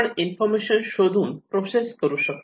आपण इन्फॉर्मेशन शोधून प्रोसेस करू शकतो